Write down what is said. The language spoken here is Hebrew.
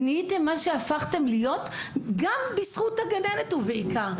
נהייתם מה שהפכתם להיות גם בזכות הגננת ובעיקר.